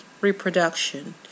Reproduction